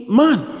man